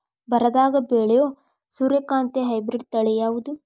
ಬರದಾಗ ಬೆಳೆಯೋ ಸೂರ್ಯಕಾಂತಿ ಹೈಬ್ರಿಡ್ ತಳಿ ಯಾವುದು?